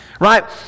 right